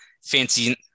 fancy